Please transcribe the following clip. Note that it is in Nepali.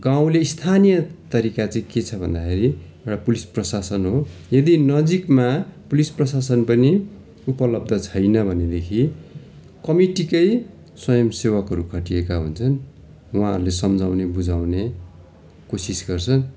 गाउँले स्थानीय तरिका चाहिँ के छ भन्दाखेरि एउटा पुलिस प्रशासन हो यदि नजिकमा पुलिस प्रशासन पनि उपलब्ध छैन भनेदेखि कमिटीकै स्वयम्सेवकहरू खटिएका हुन्छन् उहाँहरूले सम्झाउने बुझाउने कोसिस गर्छन्